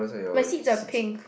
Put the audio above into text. my seats are pink